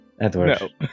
Edward